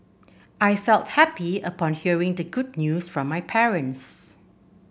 I felt happy upon hearing the good news from my parents